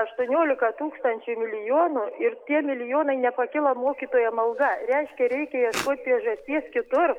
aštuoniolika tūkstančių milijonų ir tie milijonai nepakilo mokytojam alga reiškia reikia ieškoti priežasties kitur